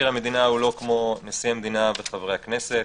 המדינה הוא לא כמו נשיא המדינה וחברי הכנסת.